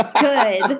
Good